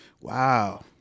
Wow